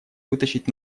вытащить